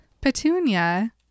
Petunia